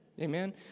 Amen